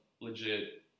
legit